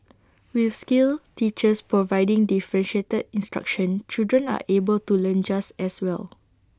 with skilled teachers providing differentiated instruction children are able to learn just as well